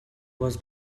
was